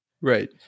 Right